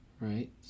right